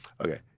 okay